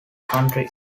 country